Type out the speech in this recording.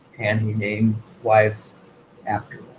and he named wives after